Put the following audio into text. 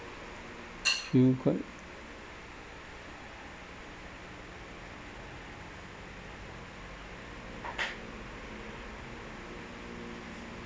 feel quite